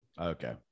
Okay